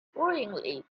worryingly